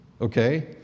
Okay